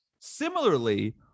Similarly-